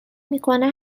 میکنه